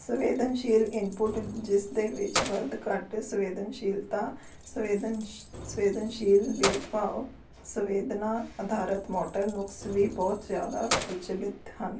ਸੰਵੇਦਨਸ਼ੀਲ ਇਨਪੁਟ ਜਿਸ ਦੇ ਵਿੱਚ ਵੱਧ ਘੱਟ ਸੰਵੇਦਨਸ਼ੀਲਤਾ ਸੰਵੇਦਨ ਸੰਵੇਦਨਸ਼ੀਲ ਭੇਦਭਾਵ ਸੰਵੇਦਨਾ ਅਧਾਰਤ ਮੋਟਰ ਨੁਕਸ ਵੀ ਬਹੁਤ ਜ਼ਿਆਦਾ ਪ੍ਰਚੱਲਿਤ ਹਨ